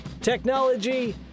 technology